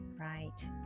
Right